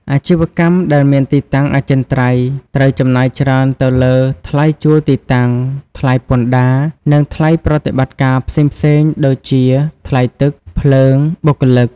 អាជីវកម្មដែលមានទីតាំងអចិន្ត្រៃយ៍ត្រូវចំណាយច្រើនទៅលើ ថ្លៃជួលទីតាំង ថ្លៃពន្ធដារ និងថ្លៃប្រតិបត្តិការផ្សេងៗ ដូចជាថ្លៃទឹក ភ្លើង បុគ្គលិក។